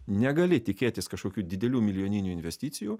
negali tikėtis kažkokių didelių milijoninių investicijų